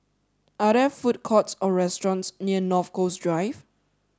are there food courts or restaurants near North Coast Drive